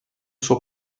suo